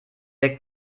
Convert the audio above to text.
der